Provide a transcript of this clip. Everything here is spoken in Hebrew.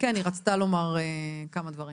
כמה שרים